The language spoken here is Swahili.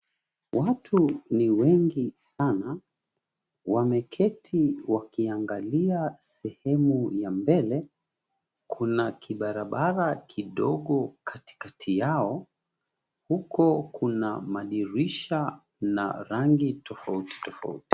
Watu ni wengi sana wameketi wakiangalia sehemu ya mbele. Kuna kibarabara kidogo katikati yao huko kuna madirisha na rangi tofauti tofauti.